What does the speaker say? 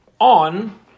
on